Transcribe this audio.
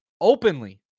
openly